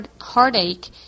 heartache